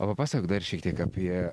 o papasakok dar šiek tiek apie